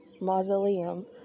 mausoleum